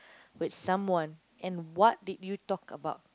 with someone and what did you talk about